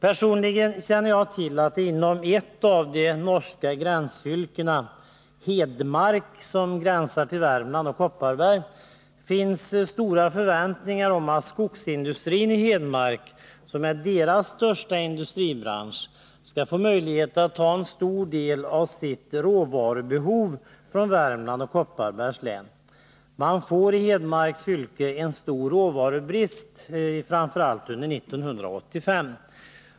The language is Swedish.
Personligen känner jag till att det inom ett av de norska gränsfylkena — Hedmark — som gränsar till Värmland och Kopparberg, finns stora förväntningar om att skogsindustrin i Hedmark, som är detta fylkes största industribransch, skall få möjlighet att ta en stor del av sitt råvarubehov från Värmland och Kopparberg. Man får i Hedmarks fylke en stor råvarubrist framför allt under 1985.